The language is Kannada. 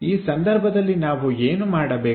ಆ ಸಂದರ್ಭದಲ್ಲಿ ನಾವು ಏನು ಮಾಡಬೇಕು